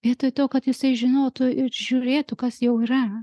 vietoj to kad jisai žinotų ir žiūrėtų kas jau yra